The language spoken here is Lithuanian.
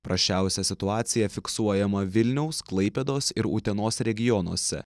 prasčiausia situacija fiksuojama vilniaus klaipėdos ir utenos regionuose